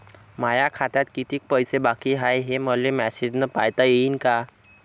माया खात्यात कितीक पैसे बाकी हाय, हे मले मॅसेजन पायता येईन का?